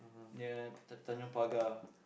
near tan~ Tanjong-Pagar